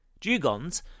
Dugons